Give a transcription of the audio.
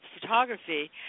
photography